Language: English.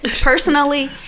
personally